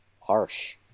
Harsh